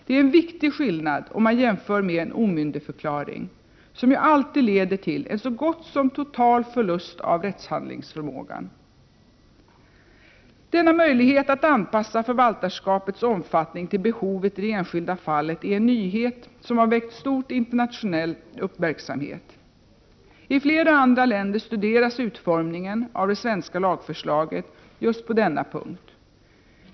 Det är en viktig skillnad, om man jämför med en omyndigförklaring, som alltid leder till en så gott som total förlust av rättshandlingsförmågan. Denna möjlighet att anpassa förvaltarskapets omfattning till behovet i det enskilda fallet är en nyhet som har väckt stor internationell uppmärksamhet. I flera andra länder studeras utformningen av det svenska lagförslaget på just denna punkt.